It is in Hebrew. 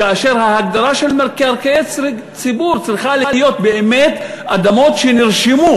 כאשר ההגדרה של מקרקעי ציבור צריכה להיות באמת: אדמות שנרשמו,